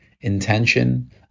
intention